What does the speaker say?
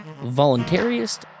voluntarist